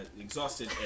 exhausted